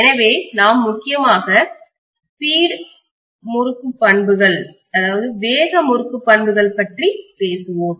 எனவே நாம் முக்கியமாக ஸ்பீடு டார்க்வேக முறுக்கு பண்புகள் பற்றி பேசுவோம்